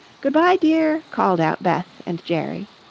good-bye, dear, called out beth and jerry.